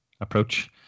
approach